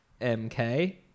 MK